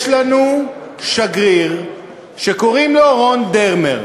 יש לנו שגריר שקוראים לו רון דרמר,